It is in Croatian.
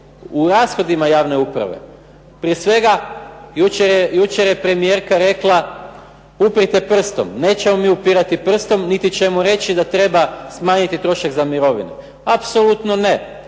u rashodima javne uprave, prije svega jučer je premijerka rekla uprite prstom. Nećemo mi upirati prstom niti ćemo reći da treba smanjiti trošak za mirovine, apsolutno ne,